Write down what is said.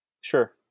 Sure